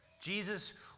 Jesus